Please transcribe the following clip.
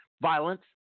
violence